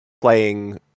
playing